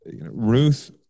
Ruth